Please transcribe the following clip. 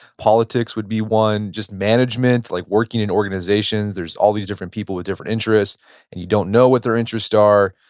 politics would be one. just management like working in organizations. there's all these different people with different interests and you don't know what their interests are.